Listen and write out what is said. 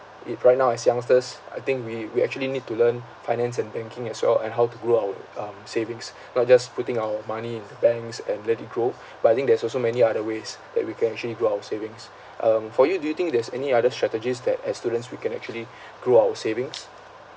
it right now as youngsters I think we we actually need to learn finance and banking as well and how to grow our um savings not just putting our money in the banks and let it grow but I think there's also many other ways that we can actually grow our savings um for you do you think there's any other strategies that as students we can actually grow our savings